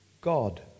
God